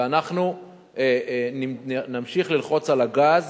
ואנחנו נמשיך ללחוץ על הגז